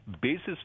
basis